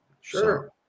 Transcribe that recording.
Sure